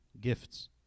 gifts